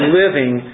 living